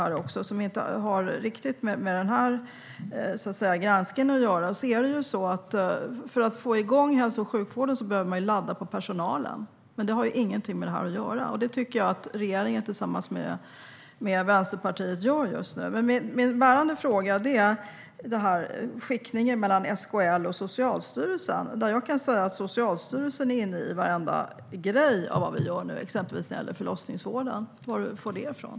Det har inte riktigt med den här granskningen att göra. För att få igång hälso och sjukvården behöver man ladda personalen - men det har ingenting med detta att göra. Det tycker jag att regeringen tillsammans med Vänsterpartiet gör just nu. Min bärande fråga gäller skiktningen mellan SKL och Socialstyrelsen. Jag kan säga att Socialstyrelsen är inne i varenda grej som vi gör nu, exempelvis när det gäller förlossningsvården. Var får du detta ifrån?